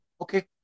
Okay